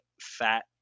fat